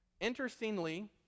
Interestingly